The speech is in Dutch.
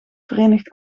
verenigd